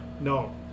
No